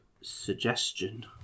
suggestion